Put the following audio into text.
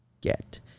get